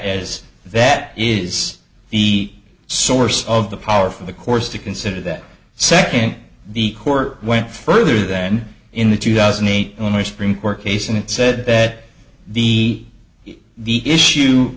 as that is the source of the power for the course to consider that second the court went further than in the two thousand and eight only stream court case and it said that the the issue